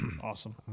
awesome